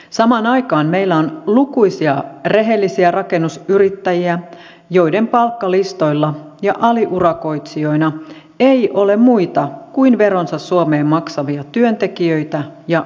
samaan aikaan meillä on lukuisia rehellisiä rakennusyrittäjiä joiden palkkalistoilla ja aliurakoitsijoina ei ole muita kuin veronsa suomeen maksavia työntekijöitä ja yrityksiä